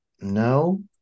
no